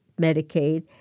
Medicaid